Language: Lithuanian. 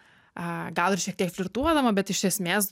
aaa gal ir šiek tiek flirtuodama bet iš esmės